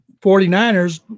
49ers